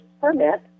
permit